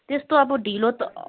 त्यस्तो अब ढिलो त